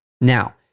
Now